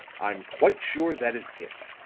i'm quite sure that is it.